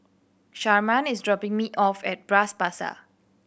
Sharman is dropping me off at Bras Basah